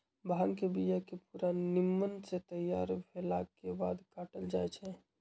भांग के बिया के पूरा निम्मन से तैयार भेलाके बाद काटल जाइ छै